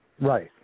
Right